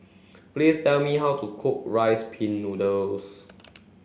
please tell me how to cook rice pin noodles